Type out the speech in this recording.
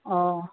হয়